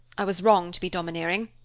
i was wrong to be domineering.